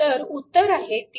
तर उत्तर आहे 3